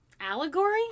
Allegory